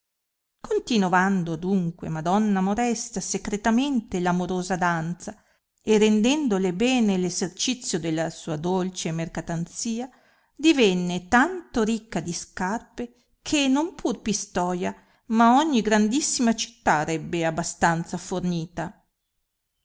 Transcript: continovando adunque madonna modesta secretamente l'amorosa danza e rendendole bene essercizio della sua dolce mercatanzia divenne tanto ricca di scarpe che non pur pistoia ma ogni grandissima città arrebbe a bastanza fornita